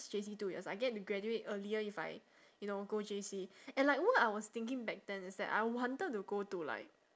J_C two years I get to graduate earlier if I you know go J_C and like what I was thinking back then is that I wanted to go to like